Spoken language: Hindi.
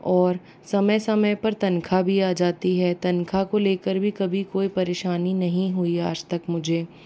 और समय समय पर तनखा भी आ जाती है तनखा को लेकर भी कभी कोई परेशानी नहीं हुई आज तक मुझे